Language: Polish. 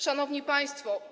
Szanowni Państwo!